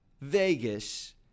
Vegas